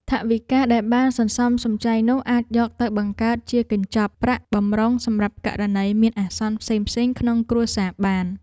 ថវិកាដែលបានសន្សំសំចៃនោះអាចយកទៅបង្កើតជាកញ្ចប់ប្រាក់បម្រុងសម្រាប់ករណីមានអាសន្នផ្សេងៗក្នុងគ្រួសារបាន។